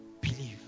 believe